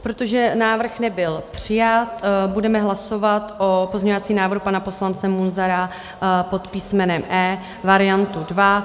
Protože návrh nebyl přijat, budeme hlasovat o pozměňovacím návrhu pana poslance Munzara pod písmenem E variantu dva.